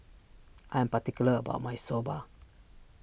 I am particular about my Soba